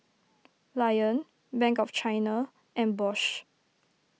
Lion Bank of China and Bosch